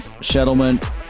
settlement